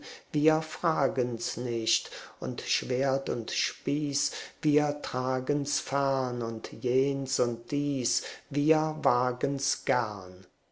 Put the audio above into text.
wir fragen's nicht und schwert und spieß wir tragen's fern und jens und dies wir wagen's gern